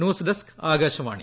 news desk Akashvani